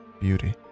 beauty